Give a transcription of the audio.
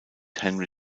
henry